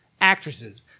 actresses